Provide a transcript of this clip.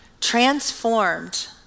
transformed